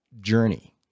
journey